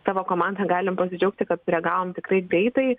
savo komanda galim pasidžiaugti kad sureagavom tikrai greitai